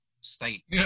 state